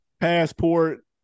passport